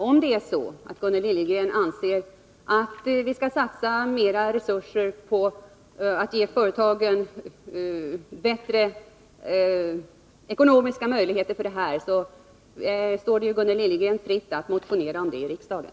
Fru talman! Om Gunnel Liljegren anser att vi skall satsa mer resurser på att ge företagen bättre ekonomiska möjligheter för detta ändamål, så står det ju Gunnel Liljegren fritt att motionera om det i riksdagen.